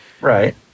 Right